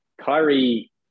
Kyrie